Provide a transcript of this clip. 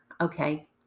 Okay